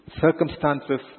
circumstances